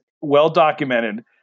well-documented